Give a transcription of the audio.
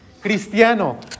cristiano